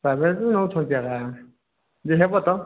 charges ବି ନେଉଛନ୍ତି ଏରା